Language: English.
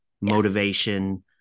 motivation